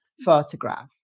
photograph